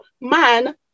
man